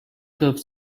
curved